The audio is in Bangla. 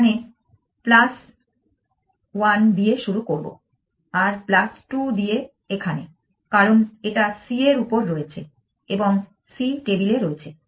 এখানে 1 দিয়ে শুরু করব আর 2 দিয়ে এখানে কারণ এটা c এর উপর রয়েছে এবং c টেবিলে রয়েছে